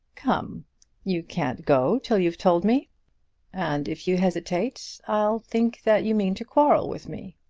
come you can't go till you've told me and if you hesitate, i shall think that you mean to quarrel with me.